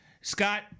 Scott